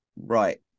Right